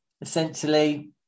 essentially